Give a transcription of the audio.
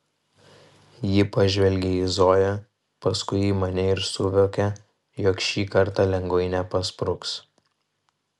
ji pažvelgia į zoją paskui į mane ir suvokia jog šį kartą lengvai nepaspruks